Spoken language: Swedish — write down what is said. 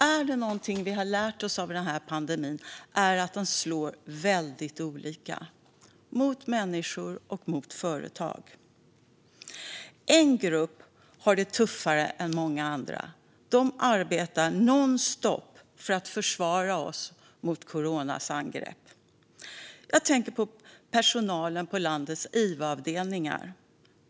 Är det något vi har lärt oss om denna pandemi är det att den slår väldigt olika, mot människor och mot företag. En grupp har det tuffare än många andra. De arbetar nonstop för att försvara oss mot coronas angrepp. Jag tänker på personalen på landets IVA-avdelningar.